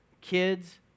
kids